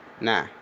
Nah